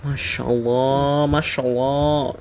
mashallah